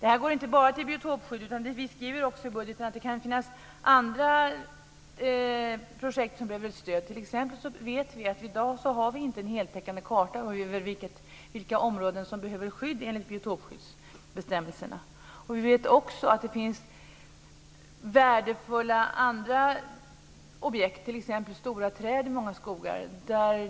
Det här går inte bara till biotopskydd, utan vi skriver i budgeten att det kan finnas andra projekt som behöver stöd, t.ex. vet vi att vi i dag inte har en heltäckande karta över vilka områden som behöver skydd enligt biotopskyddsbestämmelserna.